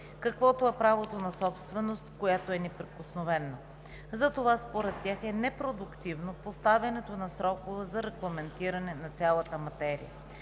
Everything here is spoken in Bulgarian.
каквото е правото на собственост, която е неприкосновена. Затова според тях е непродуктивно поставянето на срокове за регламентиране на цялата материя.